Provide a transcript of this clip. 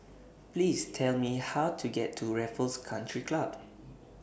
Please Tell Me How to get to Raffles Country Club